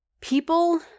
people